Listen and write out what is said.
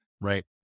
Right